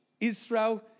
Israel